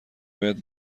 باید